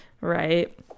right